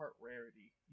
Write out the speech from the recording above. rarity